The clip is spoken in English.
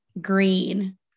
green